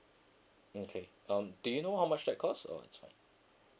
okay um do you know how much that cost or it's fine